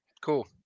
cool